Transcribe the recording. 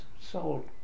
sold